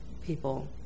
people